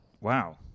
Wow